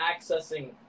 accessing